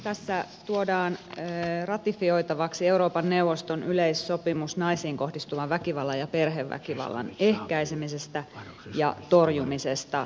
tässä tuodaan ratifioitavaksi euroopan neuvoston yleissopimus naisiin kohdistuvan väkivallan ja perheväkivallan ehkäisemisestä ja torjumisesta